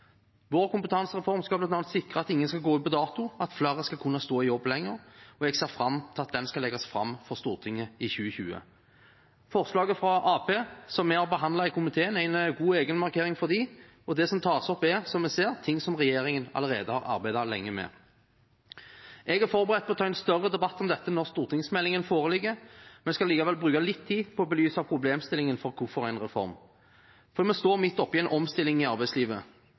Vår kompetansereform skal bl.a. sikre at ingen skal gå ut på dato, og at flere skal kunne stå i jobb lenger. Jeg ser fram til at den skal legges fram for Stortinget i 2020. Forslaget fra Arbeiderpartiet som vi har behandlet i komiteen, er en god egenmarkering for dem, og det som tas opp, er, som jeg sier, ting som regjeringen allerede har arbeidet lenge med. Jeg er forberedt på å ta en større debatt om dette når stortingsmeldingen foreligger, men skal likevel bruke litt tid på å belyse problemstillingen for hvorfor vi må ha en reform. Vi står midt oppe i en omstilling i arbeidslivet.